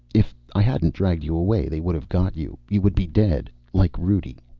if i hadn't dragged you away they would have got you. you would be dead. like rudi.